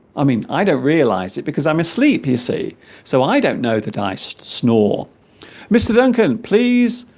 i mean i don't realize it because i'm asleep you see so i don't know that i so snore mr. duncan please